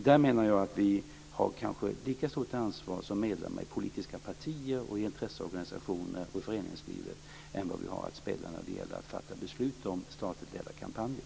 Där menar jag att vi kanske har ett lika stort ansvar som medlemmar i politiska partier, i intresseorganisationer och i föreningslivet som vi har när det gäller att fatta beslut om statligt ledda kampanjer.